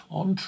on